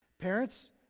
Parents